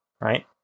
right